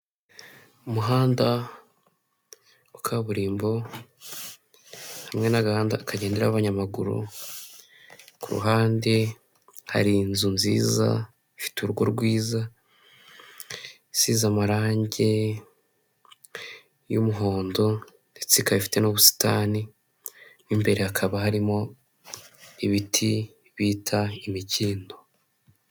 Umuhanda wa kaburimbo hamwe n'agahanda kagenderaho abanyamaguru, ku ruhande hari inzu nziza ifite urugo rwiza, isize amarangi y'umuhondo ndetse ikafite n'ubusitani mo imbere hakaba harimo ibiti bita imikindo.